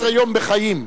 14 יום בחיים.